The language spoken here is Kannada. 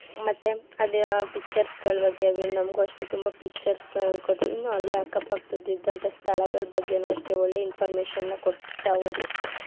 ಮತ್ತೆ ಅಲ್ಲಿ ಆ ಪಿಚ್ಚರ್ಸ್ಗಳ ಬಗ್ಗೆ ನಮಗೂ ಅಷ್ಟೇ ತುಂಬ ಪಿಚ್ಚರ್ಸ್ನ ಹೇಳಿಕೊಟ್ರು ಇನ್ನೂ ಅಲ್ಲೇ ಅಕ್ಕಪಕ್ಕ ಇದ್ದಂತಹ ಸ್ಥಳಗಳ ಬಗ್ಗೆಯೂ ಅಷ್ಟೇ ಒಳ್ಳೆಯ ಇನ್ಫಾರ್ಮೇಶನ್ನ ಕೊಡ್ತಾಹೋದ್ರು